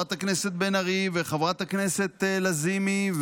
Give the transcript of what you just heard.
חברת הכנסת בן ארי וחברת הכנסת לזימי,